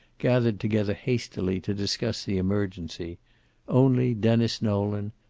gathered together hastily to discuss the emergency only denis nolan,